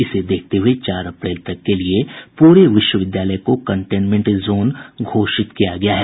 इसे देखते हुये चार अप्रैल तक के लिए पूरे विश्वविद्यालय को कंटेनमेंट जोन घोषित किया गया है